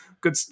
Good